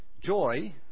Joy